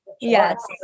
Yes